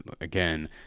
again